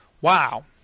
Wow